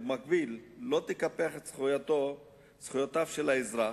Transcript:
ובמקביל לא תקפח את זכויותיו של האזרח,